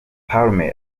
palmer